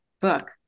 book